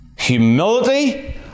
Humility